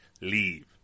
Leave